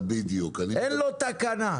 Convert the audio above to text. אין לו תקנה.